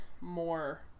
more